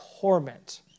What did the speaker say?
torment